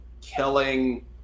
killing